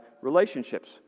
relationships